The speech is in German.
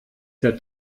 der